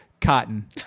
cotton